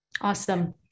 Awesome